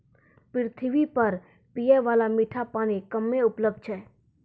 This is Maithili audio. पृथ्वी पर पियै बाला मीठा पानी कम्मे उपलब्ध छै